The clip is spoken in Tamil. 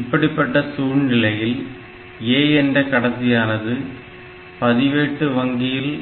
இப்படிப்பட்ட சூழ்நிலையில் A என்ற கடத்தியானது பதிவேட்டு வங்கியில்